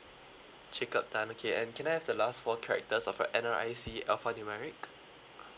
jacob tan okay and can I have the last four characters of your N_R_I_C alphanumeric